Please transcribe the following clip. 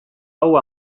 hau